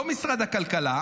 ולא משרד הכלכלה,